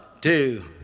two